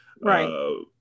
right